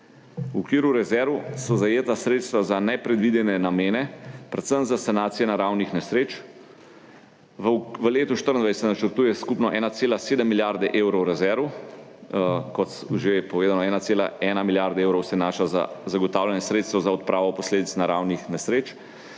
V okviru rezerv so zajeta sredstva za nepredvidene namene, predvsem za sanacijo naravnih nesreč. V letu 2024 se načrtuje skupno 1,7 milijarde evrov rezerv, kot že povedano, 1,1 milijarde evrov se nanaša za zagotavljanje sredstev za odpravo posledic naravnih nesreč,